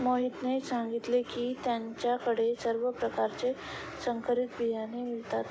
मोहितने सांगितले की त्याच्या कडे सर्व प्रकारचे संकरित बियाणे मिळतात